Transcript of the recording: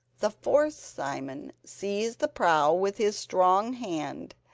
the fourth simon seized the prow with his strong hand,